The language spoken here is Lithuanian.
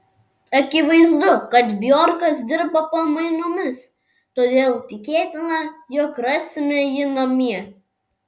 akivaizdu kad bjorkas dirba pamainomis todėl tikėtina jog rasime jį namie